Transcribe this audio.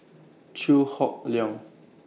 Chew Hock Leong